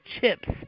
chips